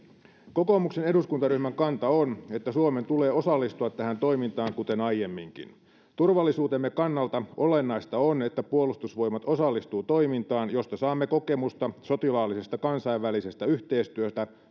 kokoomuksen eduskuntaryhmän kanta on että suomen tulee osallistua tähän toimintaan kuten aiemminkin turvallisuutemme kannalta olennaista on että puolustusvoimat osallistuu toimintaan josta saamme kokemusta sotilaallisesta kansainvälisestä yhteistyöstä